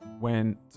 went